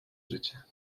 życie